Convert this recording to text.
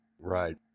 Right